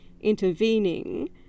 intervening